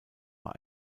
war